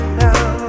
now